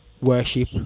worship